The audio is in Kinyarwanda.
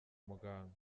muganga